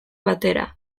batera